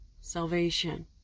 salvation